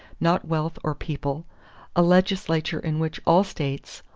not wealth or people a legislature in which all states,